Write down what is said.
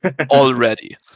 Already